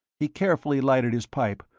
he carefully lighted his pipe,